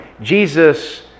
Jesus